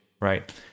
right